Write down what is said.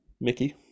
Mickey